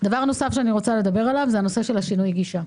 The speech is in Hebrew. דבר נוסף שאני רוצה לדבר עליו זה הנושא של שינוי הגישה.